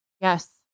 Yes